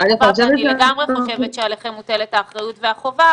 ואני לגמרי חושבת שעליכם מוטלת אחריות והחובה,